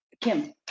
Kim